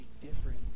different